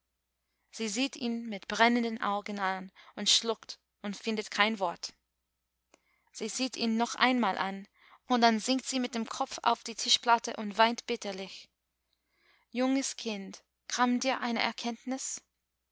sie sieht ihn mit brennenden augen an und schluckt und findet kein wort sie sieht ihn noch einmal an und dann sinkt sie mit dem kopf auf die tischplatte und weint bitterlich junges kind kam dir eine erkenntnis